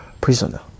prisoner